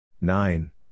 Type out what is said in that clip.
Nine